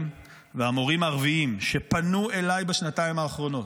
והמורים הערבים שפנו אליי בשנתיים האחרונות,